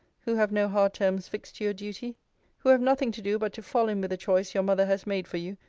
who have no hard terms fixed to your duty who have nothing to do, but to fall in with a choice your mother has made for you,